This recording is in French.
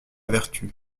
vertu